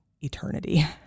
eternity